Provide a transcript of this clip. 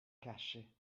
cacher